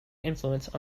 influence